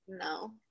No